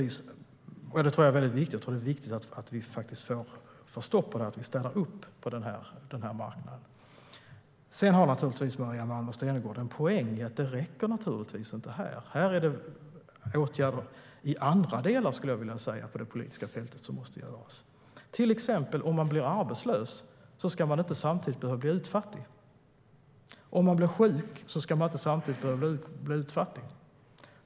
Det är viktigt att vi får stopp på detta och att vi stannar upp på den här marknaden. Sedan har naturligtvis Maria Malmer Stenergard en poäng i att det inte räcker. Det är åtgärder i andra delar av det politiska fältet som behövs. Till exempel ska man, om man blir arbetslös, inte samtidigt behöva bli utfattig. Om man blir sjuk ska man inte samtidigt behöva bli utfattig.